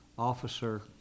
officer